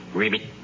ribbit